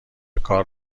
کار